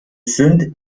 sind